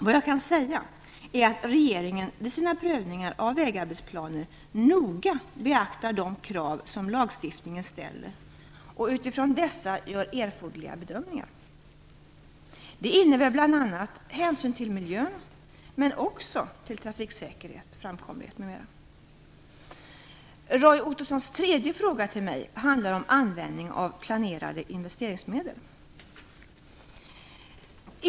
Vad jag kan säga är att regeringen vid sina prövningar av vägarbetsplaner noga beaktar de krav som lagstiftningen ställer och utifrån dessa gör erforderliga bedömningar. Det innnebär bl.a. hänsyn till miljön, men också till trafiksäkerhet, framkomlighet m.m. Roy Ottossons tredje fråga till mig handlar om användningen av planerade investeringsmedel.